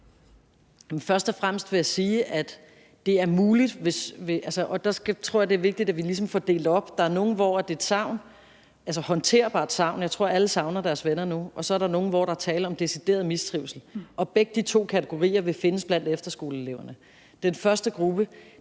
(Pernille Rosenkrantz-Theil): Jeg tror, det er vigtigt, at vi ligesom får delt det op. Der er nogle, som oplever et håndterbart savn – jeg tror, alle savner deres venner nu – og så er der nogle, hvor der er tale om decideret mistrivsel, og begge de to kategorier vil findes blandt efterskoleeleverne. Til den første gruppe